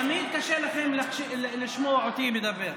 תמיד קשה לכם לשמוע אותי מדבר.